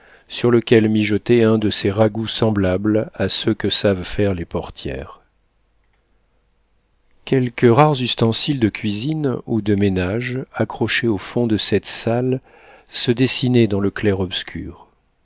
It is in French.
sur lequel mijotait un de ces ragoûts semblables à ceux que savent faire les portières quelques rares ustensiles de cuisine ou de ménage accrochés au fond de cette salle se dessinaient dans le clair-obscur